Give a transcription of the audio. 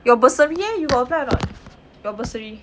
your bursary eh you got apply or not your bursary